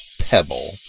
pebble